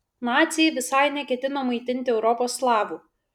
naciai visai neketino maitinti europos slavų